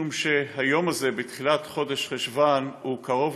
משום שהיום הזה בתחילת חודש חשוון קרוב